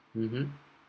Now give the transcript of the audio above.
mmhmm